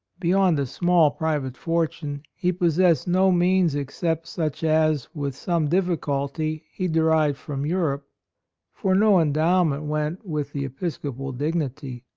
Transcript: beyond a small pri vate fortune, he possessed no means except such as, with some difficulty he derived from europe for no endowment went with the episcopal dignity.